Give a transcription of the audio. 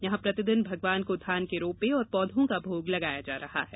यहां प्रतिदिन भगवान को धान के रोपे और पौधों का भोग लगाया जा रहा है